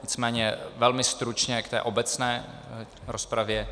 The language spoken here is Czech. Nicméně velmi stručně k té obecné rozpravě.